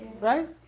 Right